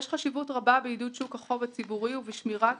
יש חשיבות רבה בעידוד שוק החוב הציבורי ובשמירת